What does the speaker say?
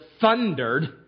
thundered